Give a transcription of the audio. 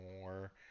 more